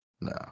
No